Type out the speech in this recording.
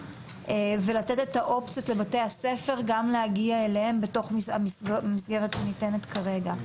ולתת את האופציות לבתי הספר גם להגיע אליהם בתוך המסגרת הניתנת כרגע.